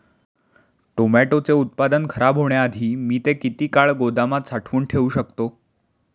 टोमॅटोचे उत्पादन खराब होण्याआधी मी ते किती काळ गोदामात साठवून ठेऊ शकतो?